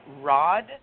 Rod